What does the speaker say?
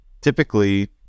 typically